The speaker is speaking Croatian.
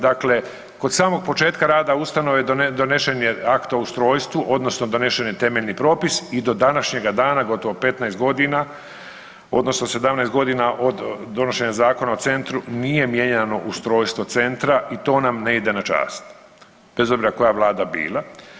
Dakle, kod samog početka rada ustanove donesen je akt o ustrojstvu odnosno donesen je temeljni propis i do današnjega dana gotovo 15 godina odnosno 17 godina od donošenja Zakona o centru nije mijenjano ustrojstvo centra i to nam ne ide na čast, bez obzira koja vlada bila.